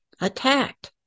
attacked